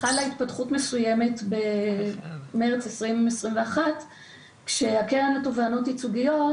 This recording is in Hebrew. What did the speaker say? חלה התפתחות מסוימת במרץ 2021 כשהקרן לתובענות ייצוגיות,